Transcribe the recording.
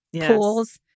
pools